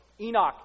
Enoch